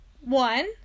One